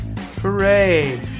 Hooray